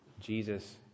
Jesus